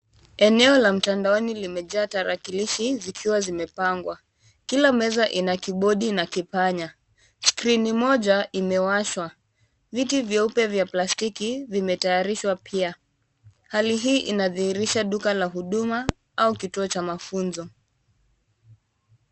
Eneo la mtandaoni limejaa tarakilishi zikiwa zimepangwa. Kila meza ina kibodi na kipanya. Skrini moja imewashwa. Viti vyeupe vya plastiki vimetayarishwa pia hali hii inadhihirisha duka la huduma au kituo cha mafunzo.